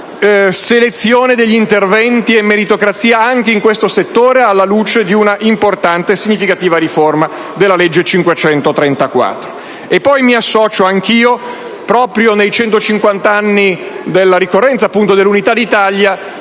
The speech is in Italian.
selezione degli interventi e meritocrazia anche in questo settore, alla luce di un'importante e significativa riforma della legge 534. Mi associo poi anch'io, proprio nella ricorrenza dei 150 anni dell'Unità d'Italia,